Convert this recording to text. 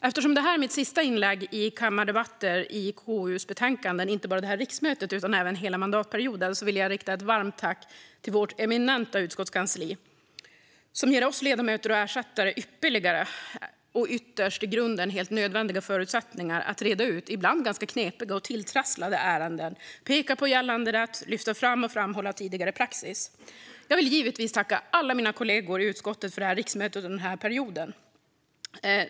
Eftersom detta är mitt sista inlägg i kammardebatter om KU:s betänkanden, inte bara under detta riksmöte utan även under hela mandatperioden, vill jag rikta ett varmt tack till vårt eminenta utskottskansli, som ger oss ledamöter och ersättare ypperliga och i grunden helt nödvändiga förutsättningar att reda ut ibland ganska knepiga och tilltrasslade ärenden, peka på gällande rätt och lyfta fram och framhålla tidigare praxis. Jag vill givetvis tacka alla mina kollegor i utskottet för riksmötet och denna period.